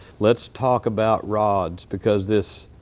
let's talk about rods because this.